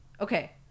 Okay